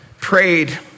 prayed